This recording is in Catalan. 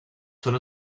són